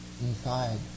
inside